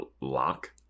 lock